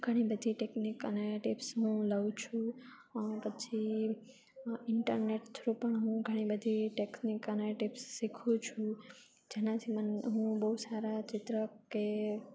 ઘણીબધી ટેકનિક અને ટિપ્સ હું લઉં છું પછી ઈન્ટરનેટ થ્રુ પણ હું ઘણી બધી ટેકનિક અને ટિપ્સ શીખું છું જેનાથી મન હું બહુ સારા ચિત્ર કે